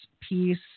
piece